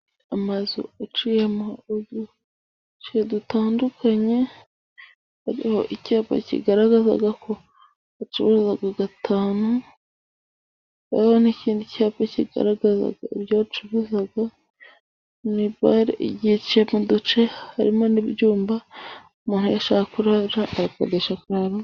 Amazu aciyemo uduce dutandukanye, hariho icyapa kigaragazaga ko bacuruza gatanu, hariho n'ikindi cyapa kigaragaza ibyo bacuruza. Ni bare igiye iciyemo uduce harimo n'ibyumba, umuntu iyo ashaka kurara arakodesha aka...